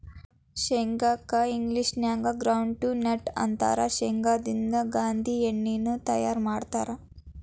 ಶೇಂಗಾ ಕ್ಕ ಇಂಗ್ಲೇಷನ್ಯಾಗ ಗ್ರೌಂಡ್ವಿ ನ್ಯೂಟ್ಟ ಅಂತಾರ, ಶೇಂಗಾದಿಂದ ಗಾಂದೇಣ್ಣಿನು ತಯಾರ್ ಮಾಡ್ತಾರ